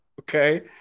Okay